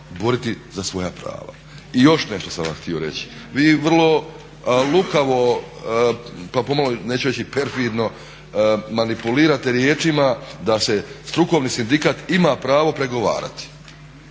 I još nešto sam vam htio reći. Vi vrlo lukavo pa pomalo neću reći perfidno manipulirate riječima da se strukovni sindikat ima pravo pregovarati,